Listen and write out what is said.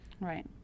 right